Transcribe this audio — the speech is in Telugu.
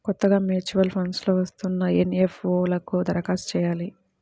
కొత్తగా మూచ్యువల్ ఫండ్స్ లో వస్తున్న ఎన్.ఎఫ్.ఓ లకు దరఖాస్తు చెయ్యాలి